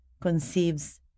conceives